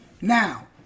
Now